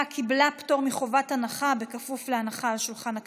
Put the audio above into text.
שלושה